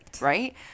Right